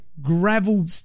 gravel